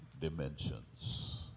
dimensions